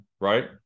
right